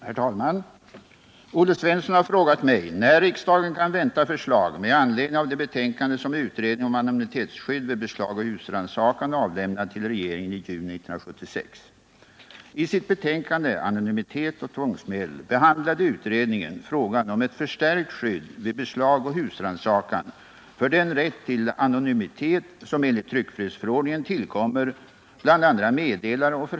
Herr talman! Olle Svensson har frågat mig när riksdagen kan vänta förslag med anledning av det betänkande som utredningen om anonymitetsskydd vid beslag och husrannsakan avlämnade till regeringen i juni 1976.